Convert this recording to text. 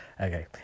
Okay